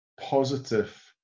positive